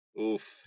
Oof